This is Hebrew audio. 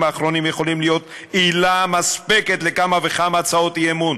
האחרונים יכולה להיות עילה מספקת לכמה וכמה הצעות אי-אמון,